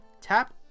Tap